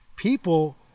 People